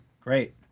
Great